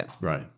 Right